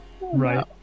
Right